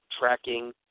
tracking